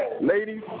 ladies